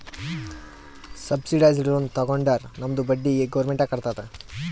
subsidised loan ತಗೊಂಡುರ್ ನಮ್ದು ಬಡ್ಡಿ ಗೌರ್ಮೆಂಟ್ ಎ ಕಟ್ಟತ್ತುದ್